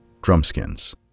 Drumskins